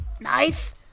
nice